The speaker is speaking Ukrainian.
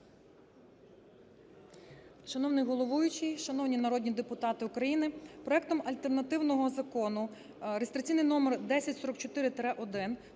Шановний головуючий, шановні народні депутати України, проектом альтернативного закону (реєстраційний номер 1044-1)